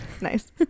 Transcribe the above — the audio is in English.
nice